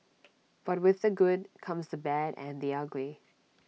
but with the good comes the bad and the ugly